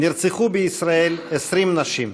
נרצחו בישראל 20 נשים,